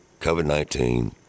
COVID-19